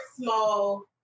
small